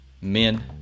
Men